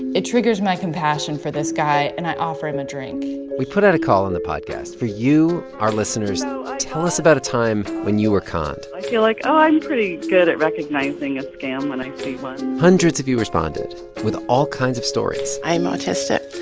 it triggers my compassion for this guy, and i offer him a drink we put out a call in the podcast for you, our listeners, to ah tell us about a time when you were conned i feel like i'm pretty good at recognizing a scam when i see one hundreds of you responded with all kinds of stories i'm autistic.